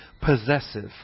possessive